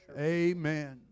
Amen